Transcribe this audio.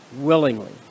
willingly